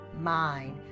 mind